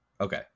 Okay